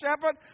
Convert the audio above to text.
shepherd